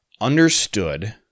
understood